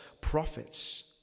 prophets